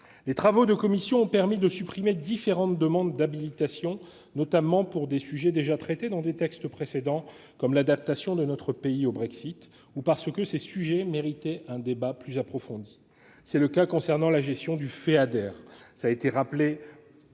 Les travaux en commission ont permis de supprimer différentes demandes d'habilitation, notamment pour des sujets déjà traités dans des textes précédents, comme l'adaptation de notre pays au Brexit, ou parce que ces sujets méritent un débat plus approfondi. C'est notamment le cas de la gestion du Feader.